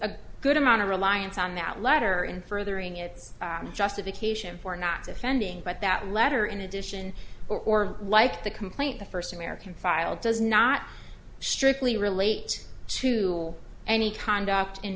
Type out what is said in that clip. a good amount of reliance on that letter in furthering its justification for not offending but that letter in addition or like the complaint the first american file does not strictly relate to any conduct in